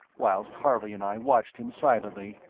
whilst harley and i watched him silently,